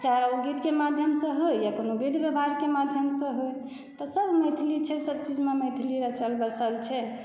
चाहे ओ गीतके माध्यम से होय या कोनो बिधि व्यवहारके मध्यमसँ होय तऽ सभ मैथिली छै सभ चीजमे मैथिली रचल बसल छै